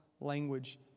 language